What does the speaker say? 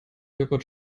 jogurt